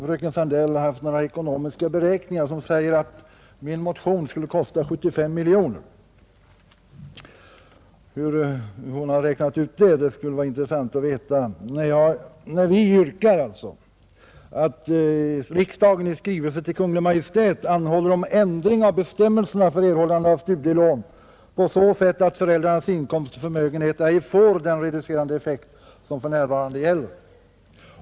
Fröken Sandell sade vidare att hon har gjort en del ekonomiska beräkningar, som visar att det skulle kosta 75 miljoner kronor att bifalla min motion. Det vore mycket intressant att veta hur fröken Sandell har kommit till det resultatet, eftersom vi motionärer ju bara har yrkat ”att riksdagen i skrivelse till Kungl. Maj:t anhåller om ändring av bestämmelserna för erhållande av studielån på så sätt att föräldrarnas inkomst och förmögenhet ej får den reducerande effekt som för närvarande gäller”.